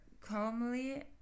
calmly